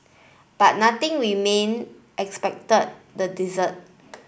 but nothing remained except the desert